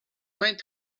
might